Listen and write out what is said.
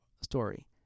story